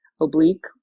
oblique